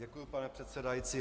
Děkuju, pane předsedající.